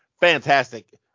fantastic